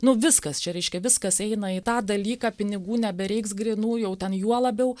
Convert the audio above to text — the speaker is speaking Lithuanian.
nu viskas čia reiškia viskas eina į tą dalyką pinigų nebereiks grynų jau ten juo labiau